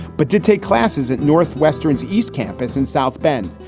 but did take classes at north western's east campus in south bend.